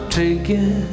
taking